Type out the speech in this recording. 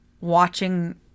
watching